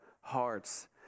hearts